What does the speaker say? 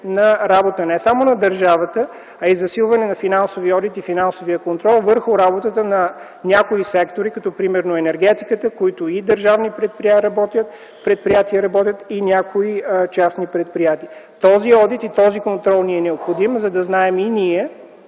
на работа не само на държавата, а и засилване на финансовия одит и финансовия контрол върху работата на някои сектори, например, като енергетиката, в които и държавни предприятия работят и някои частни предприятия. Този одит и този контрол ни е необходим, за да знаем и ние,